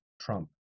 Trump